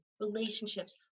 relationships